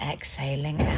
Exhaling